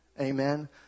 Amen